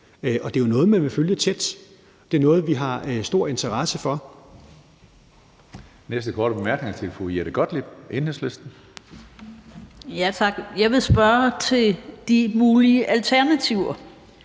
det er jo noget, man vil følge tæt. Det er noget, vi har stor interesse for.